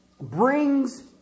brings